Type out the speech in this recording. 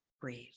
breathe